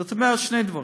זאת אומרת שני דברים: